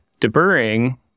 Deburring